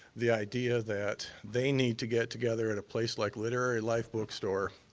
the idea that they need to get together at a place like literary life bookstore,